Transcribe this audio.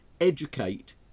educate